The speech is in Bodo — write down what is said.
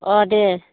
अह दे